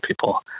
people